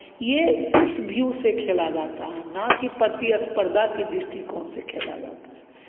ये इस भ्यू से खेला जाता है ना कि प्रतिस्पर्धा के दृष्टिकोण से खेला जाता है